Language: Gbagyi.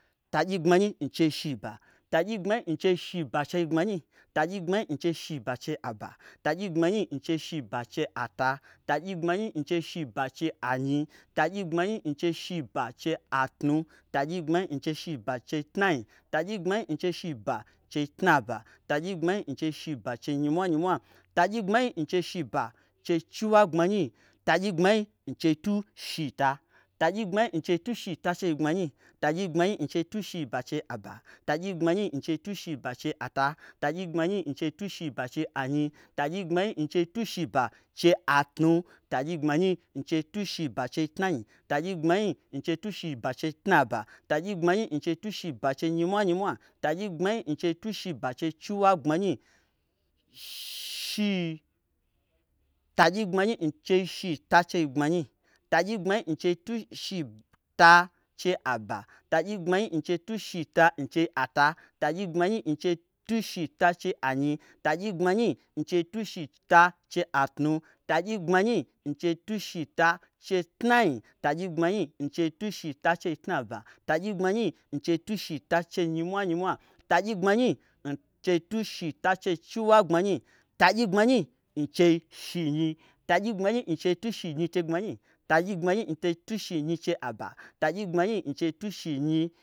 Tagyi gbmanyi n chei shiba. Tagyi gbmanyi n chei shiba chei gbmanyi. Tagyi gbmanyi n chei shiba chei aba. Tagyi gbmanyi n chei shiba chei ata. Tagyi gbmanyi n chei shiba chei anyi. Tagyi gbmanyi n chei shiba chei atnu. Tagyi gbmanyi n chei shiba chei tnai. Tagyi gbmanyi n chei shiba chei tnaba. Tagyi gbmanyi n chei shiba chei nyimwanyimwa. Tagyi gbmanyi n chei shiba chei chiwagbmanyi. Tagyi gbmanyi n chei tu shita. Tagyi gbmanyi n chei tu shita chei gbmanyi, tagyi gbmanyi n chei shiba chei aba. Tagyi gbmanyi n chei shiba chei ata. Tagyi gbmanyi n chei shiba chei anyi. Tagyi gbmanyi n chei shiba chei atnu. Tagyi gbmanyi n chei shiba chei tnai. Tagyi gbmanyi n chei shiba chei tnaba. Tagyi gbmanyi n chei shiba chei nyimwanyimwa. Tagyi gbmanyi n chei shiba chei chiwagbmanyi, shi-shi tagyi gbmanyi n chei shita chei gbmanyi. Tagyi gbmanyi n chei tu shita chei aba. Tagyi gbmanyi n chei tu shita n chei ata. Tagyi gbmanyi n chei tu shita chei anyi. Tagyi gbmanyi n chei tu shita chei atnu. Tagyi gbmanyi n chei tu shita chei tnai. Tagyi gbmanyi n chei tu shita chei tnaba. Tagyi gbmanyi n chei tu shita chei nyimwanyimwa. Tagyi gbmanyi n chei tu shita chei chiwagbmanyi. Tagyi gbmanyi n chei shi nyi. Tagyi gbmanyi n chei tu shi nyi chei gbmanyi. Tagyi gbmanyi n chei tu shi nyi chei aba. Tagyi gbmanyi n chei tu shi nyi